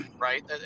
right